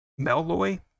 Melloy